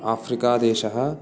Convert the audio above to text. आफ्रिकादेशः